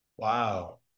Wow